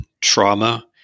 trauma